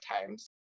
times